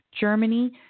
Germany